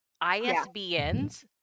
isbn's